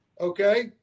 okay